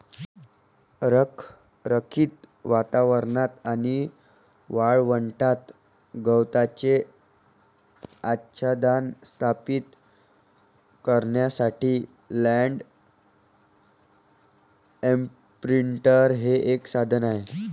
रखरखीत वातावरणात आणि वाळवंटात गवताचे आच्छादन स्थापित करण्यासाठी लँड इंप्रिंटर हे एक साधन आहे